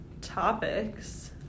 topics